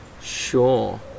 Sure